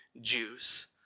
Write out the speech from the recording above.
Jews